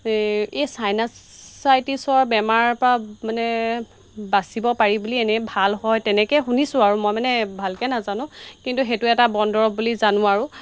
এই এই চাইনাচাইটিছৰ বেমাৰৰ পৰা মানে বাচিব পাৰি বুলি এনেই ভাল হয় তেনেকৈ শুনিছোঁ আৰু মই মানে ভালকৈ নাজানো কিন্তু সেইটো এটা বন দৰৱ বুলি জানোঁ আৰু